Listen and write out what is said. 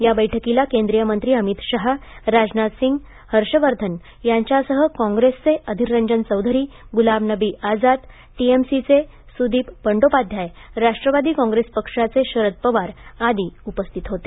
या बैठकीला केंद्रीय मंत्री अमित शहा राजनाथ सिंग हर्षवर्धन यांच्यासह काँग्रेसचे अधिर रंजन चौधरी आणि गुलाम नबी आझाद टीएमसीचे सुदिप बंडोपाध्याय राष्ट्रवादी काँग्रेस पक्षाचे शरद पवार आदी उपस्थित होते